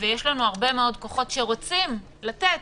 יש לנו הרבה מאוד כוחות שרוצים לתת.